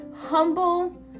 humble